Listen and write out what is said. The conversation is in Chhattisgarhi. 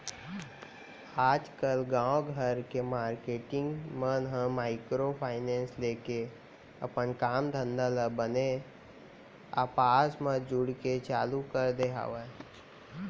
आजकल गाँव घर के मारकेटिंग मन ह माइक्रो फायनेंस लेके अपन काम धंधा ल बने आपस म जुड़के चालू कर दे हवय